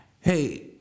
Hey